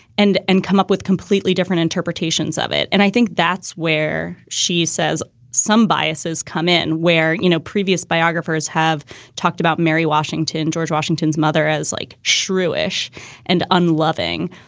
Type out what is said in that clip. and and come up with completely different interpretations of it. and i think that's where she says some biases come in, where, you know, previous biographers have talked about mary washington, george washington's mother, as like shrewish and unloving.